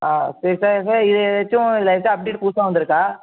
ஆ சரி sir sir இது ஏதாச்சும் லைட்டாக அப்டேட் புதுசாக வந்திருக்கா